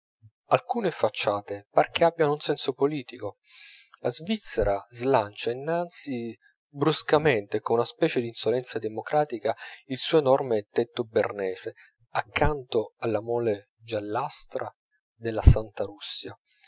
alcune facciate par che abbiano un senso politico la svizzera slancia innanzi bruscamente con una specie d'insolenza democratica il suo enorme tetto bernese accanto alla mole giallastra della santa russia